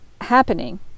happening